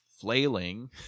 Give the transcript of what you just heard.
flailing